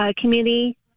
community